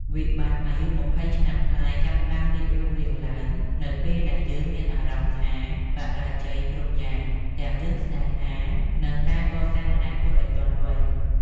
វិបត្តិអាយុ២០ ឆ្នាំប្លាយចាប់ផ្តើមលេចរូបរាងឡើង នៅពេលដែលយើងមានអារម្មណ៍ថា "បរាជ័យគ្រប់យ៉ាង" ទាំងរឿងស្នេហា និងការកសាងអនាគតឱ្យទាន់វ័យ។